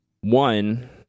One